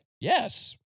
yes